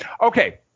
okay